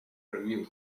review